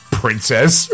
princess